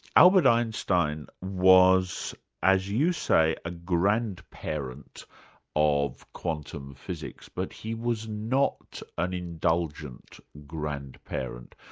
albert einstein was as you say, a grandparent of quantum physics but he was not an indulgent grandparent.